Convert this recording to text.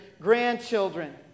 grandchildren